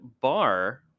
bar